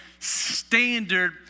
standard